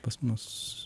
pas mus